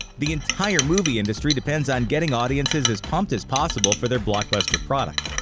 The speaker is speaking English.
the entire movie industry depends on getting audiences as pumped as possible for their blockbuster product.